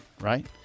Right